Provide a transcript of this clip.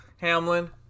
Hamlin